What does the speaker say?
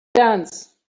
dance